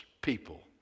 people